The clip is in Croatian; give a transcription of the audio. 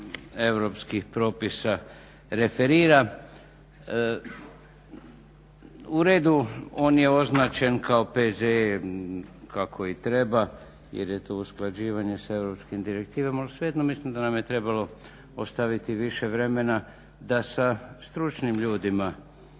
europskih propisa referira. U redu, on je označen kao P.Z.E. kako i treba, jer je to usklađivanje sa europskim direktivama. Ali svejedno mislim da nam je trebalo ostaviti više vremena da sa stručnim ljudima